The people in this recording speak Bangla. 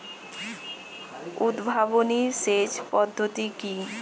উদ্ভাবনী সেচ পদ্ধতি কি?